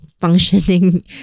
functioning